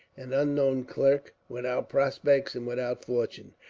an unknown clerk, without prospects and without fortune,